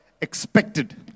expected